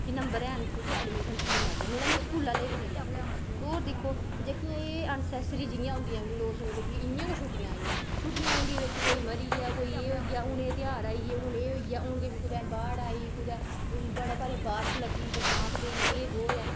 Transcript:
कि नम्बर हैन ते तुसेंगी एडमीशन थ्होनी ऐ अग्गें नी ते स्कूले आह्ले बी नी लैंदे होर दिक्खो जेह्कियां एह् अनसेसरी जियां होन्दियां लोग सोचदे कि इ'यां गै छुट्टियां आई गेइयां छुट्टियां आई जंदियां बिच्च कोई मरी गेआ कोई एह् होई गेआ हून एह् त्यहार आई गे हून एह् होई गेआ हून किश कुदै बाढ़ आई कुदै बड़ा भारी बारिश लग्गी बरसांत पेई गेई एह् बौह ऐ